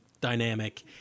dynamic